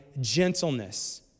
gentleness